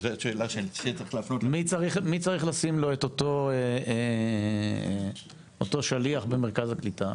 זו שאלה שצריך להפנות --- מי צריך לשים לו את אותו שליח במרכז הקליטה?